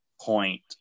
point